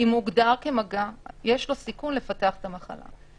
אם הוגדר כמגע, יש לו סיכון לפתח את המחלה.